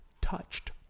touched